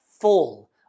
full